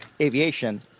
aviation